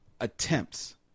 attempts